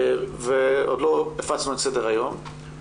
ועוד לא הפצנו את סדר היום,